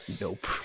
Nope